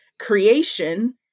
creation